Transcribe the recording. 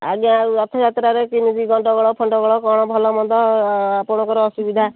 ଆଜ୍ଞା ଆଉ ରଥଯାତ୍ରାରେ କେମିତି କ'ଣ ଗଣ୍ଡଗୋଳ ଫଣ୍ଡଗୋଳ ଭଲମନ୍ଦ ଆପଣଙ୍କର ଅସୁବିଧା